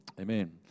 Amen